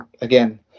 again